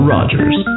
Rogers